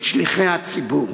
את שליחי הציבור.